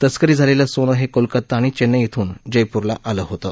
तस्करी झालेलं सोनं हे कोलकाता आणि चेन्नई इथून जयपूरला आलं होतं